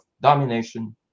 domination